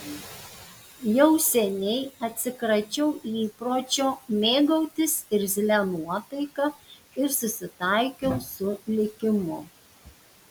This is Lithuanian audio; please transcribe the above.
jau seniai atsikračiau įpročio mėgautis irzlia nuotaika ir susitaikiau su likimu